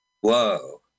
Whoa